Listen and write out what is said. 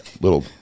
little